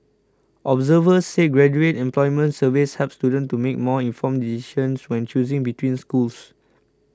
observers said graduate employment surveys help students to make more informed decisions when choosing between schools